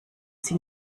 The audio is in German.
sie